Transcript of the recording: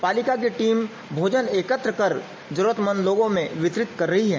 पालिका की टीम भोजन एकत्र कर जरूरत मंद लोगों में वितरित कर रही है